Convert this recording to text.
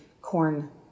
corn